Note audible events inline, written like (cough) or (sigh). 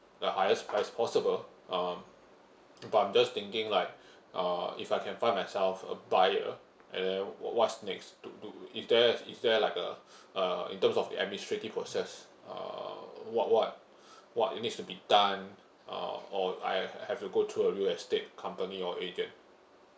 the highest as possible um (noise) but I'm just thinking like uh if I can find myself a buyer and then what what's next to to is there is there like a uh in terms of the administrative process uh what what what's need to be done uh or I have to go through a real estate company or agent